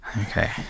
Okay